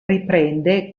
riprende